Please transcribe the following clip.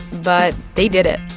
but they did it.